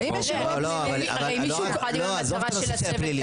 אני מאיגוד העובדות והעובדים הסוציאליים.